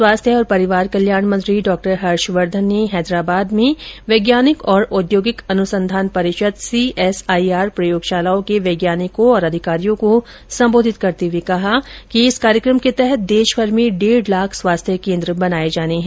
स्वास्थ्य और परिवार कल्याण मंत्री डाक्टर हर्षवर्धन ने हैदराबाद में वैज्ञानिक और औद्योगिक अनुसंधान परिषद सीएसआईआर प्रयोगशालाओं के वैज्ञानिकों और अधिकारियों को संबोधित करते हए कहा कि इस कार्यक्रम के तहत देशभर में डेढ़ लाख स्वास्थ्य केन्द्र स्थापित किये जाने हैं